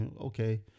okay